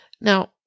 Now